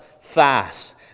fast